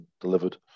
delivered